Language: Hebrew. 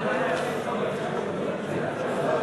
נפתלי, בוא.